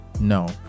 no